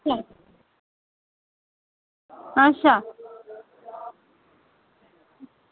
अच्छा